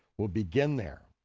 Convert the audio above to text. we'll begin there,